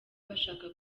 bashaka